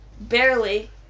barely